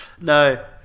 No